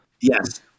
Yes